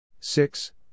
six